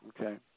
Okay